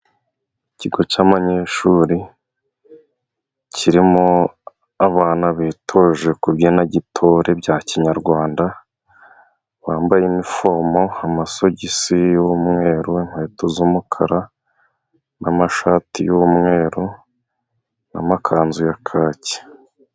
Ikigo cy'abanyeshuri kirimo abana bitoje kubyina gitore bya Kinyarwanda bambara inifomo, amasogisi y'umweru, inkweto z'umukara n'amashati y'umweru n'amakanzu ya kake.